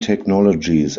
technologies